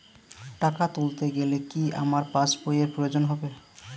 টাকা তুলতে গেলে কি আমার পাশ বইয়ের প্রয়োজন হবে?